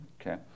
Okay